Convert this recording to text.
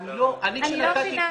אני אדבר אתם.